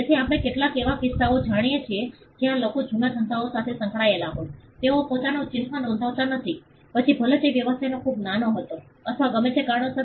તેથી આપણે કેટલાક એવા કિસ્સાઓ જાણીએ છીએ જ્યાં લોકો જૂના ધંધા સાથે સંકળાયેલા હોય તેઓ પોતાનું ચિહ્ન નોંધાવતા નથી પછી ભલે તે વ્યવસાય ખૂબ નાનો હતો અથવા ગમે તે કારણોસર